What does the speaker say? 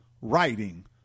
writing